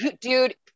dude